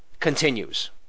continues